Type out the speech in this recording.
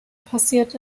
passiert